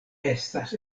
estas